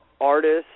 artists